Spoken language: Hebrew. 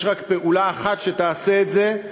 יש רק פעולה אחת שתעשה את זה,